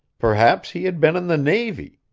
perhaps he had been in the navy,